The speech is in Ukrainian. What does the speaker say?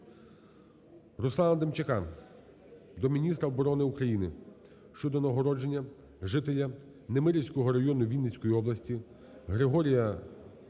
Руслана Демчака до міністра оборони України щодо нагородження жителя Немирівського району Вінницької області Григорія Знайди